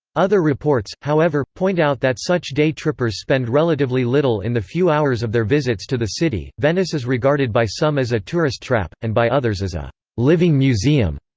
other reports, however, point out that such day-trippers spend relatively little in the few hours of their visits to the city venice is regarded by some as a tourist trap, and by others as a living museum.